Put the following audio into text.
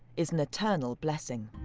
is an eternal blessing.